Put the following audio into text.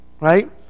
right